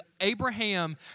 Abraham